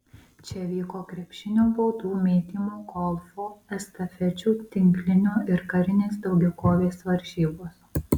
čia vyko krepšinio baudų mėtymo golfo estafečių tinklinio ir karinės daugiakovės varžybos